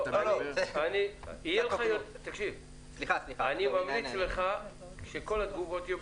וסרצוג, אני ממליץ לרכז את כל התגובות.